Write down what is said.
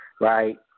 right